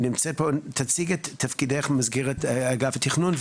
תציגי את תפקידך במסגרת אגף התכנון,